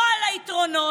לא על היתרונות.